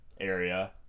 area